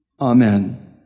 Amen